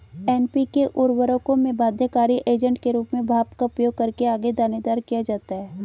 NPK उर्वरकों में बाध्यकारी एजेंट के रूप में भाप का उपयोग करके आगे दानेदार किया जाता है